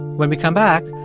when we come back,